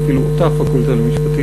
ואפילו אותה פקולטה למשפטים,